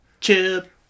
Chip